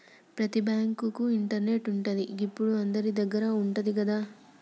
ప్రతి బాంకుల ఇంటర్నెటు ఉంటది, గిప్పుడు అందరిదగ్గర ఉంటంది గదా